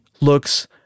looks